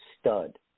stud